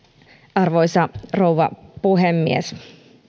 arvoisa rouva puhemies